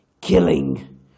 killing